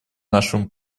нашему